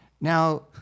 Now